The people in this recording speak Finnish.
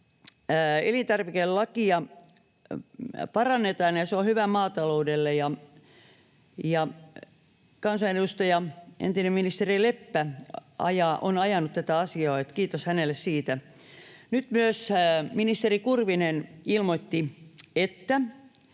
elintarvikelakia parannetaan, ja se on hyvä maataloudelle. Kansanedustaja, entinen ministeri Leppä on ajanut tätä asiaa, niin että kiitos hänelle siitä. Nyt myös ministeri Kurvinen ilmoitti, että